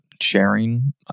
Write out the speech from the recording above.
sharing